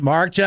Mark